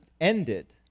ended